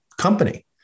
company